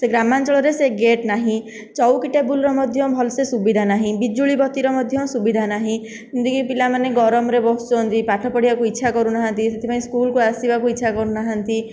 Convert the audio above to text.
ସେ ଗ୍ରାମାଞ୍ଚଳରେ ସେ ଗେଟ୍ ନାହିଁ ଚୌକି ଟେବୁଲର ମଧ୍ୟ ଭଲସେ ସୁବିଧା ନାହିଁ ବିଜୁଳି ବତୀର ମଧ୍ୟ ସୁବିଧା ନାହିଁ ଏମିତିକି ପିଲାମାନେ ଗରମରେ ବସୁଛନ୍ତି ପାଠ ପଢ଼ିବାକୁ ଇଚ୍ଛା କରୁନାହାନ୍ତି ସେଥିପାଇଁ ସ୍କୁଲକୁ ଆସିବାକୁ ଇଚ୍ଛା କରୁନାହାନ୍ତି